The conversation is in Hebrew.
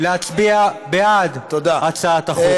להצביע בעד הצעת החוק.